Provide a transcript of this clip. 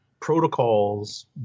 protocols